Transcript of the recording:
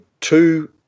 two